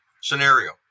scenario